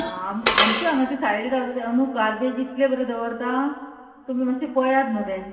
आं आमचे हांगा ती सायडीन रावता तें न्हू कार्बेज इतले भरून दवरता तुमी मात्शें पळयात न्हू तें